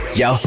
yo